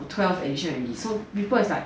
twelve edition already as people it's like